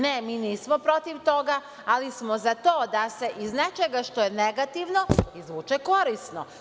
Ne, mi nismo protiv toga ali smo za to da se iz nečega što je negativno izvuče korisno.